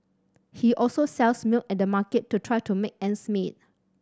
he also sells milk at the market to try to make ends meet